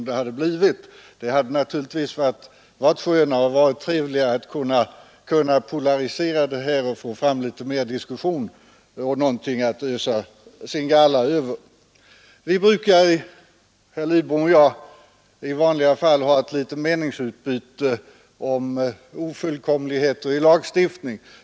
Det hade naturligtvis varit trevligare att kunna polarisera ståndpunkterna och få fram litet mer diskussion genom att ha någonting att ösa sin galla över. Herr Lidbom och jag brukar i vanliga fall ha ett litet meningsutbyte om ofullkomligheter i lagstiftning.